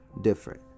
different